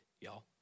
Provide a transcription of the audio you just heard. y'all